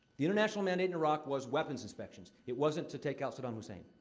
the international mandate in iraq was weapons inspections. it wasn't to take out saddam hussein.